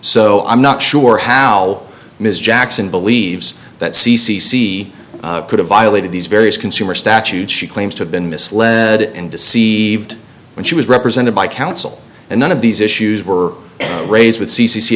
so i'm not sure how ms jackson believes that c c c could have violated these various consumer statutes she claims to have been misled and deceived when she was represented by counsel and none of these issues were raised with c c c